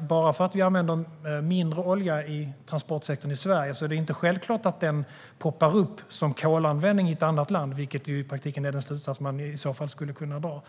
Bara för att vi använder mindre olja i transportsektorn i Sverige är det inte självklart att den poppar upp som kolanvändning i ett annat land, tror vi, vilket i praktiken är den slutsats som man i så fall skulle kunna dra.